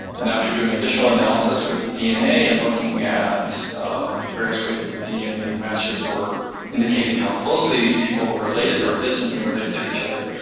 and after doing initial analysis with the dna, and looking at the various ways that the dna matches were indicating how closely these people were related or distantly related to each other,